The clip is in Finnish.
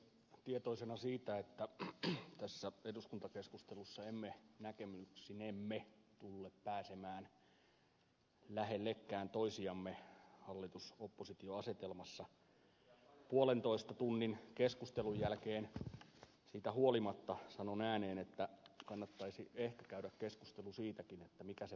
tietoisena siitä että tässä eduskuntakeskustelussa emme näkemyksinemme tulle pääsemään lähellekään toisiamme hallitusoppositio asetelmassa puolentoista tunnin keskustelun jälkeen siitä huolimatta sanon ääneen että kannattaisi ehkä käydä keskustelu siitäkin mikä se palveluseteli on